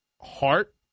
heart